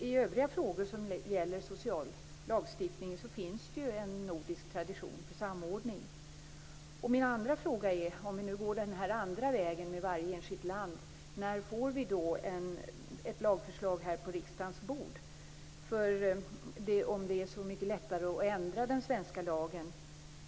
I övriga frågor som gäller sociallagstiftningen finns ju en nordisk tradition av samordning. Jag har en fråga till. Om vi nu går den andra vägen, med varje enskilt land, och om det är så mycket lättare att ändra den svenska lagen - när får vi då ett lagförslag på riksdagens bord?